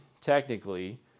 technically